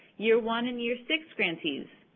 year one and year six grantees,